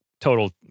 total